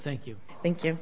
thank you thank you